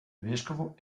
vescovo